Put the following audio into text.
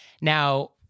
Now-